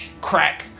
crack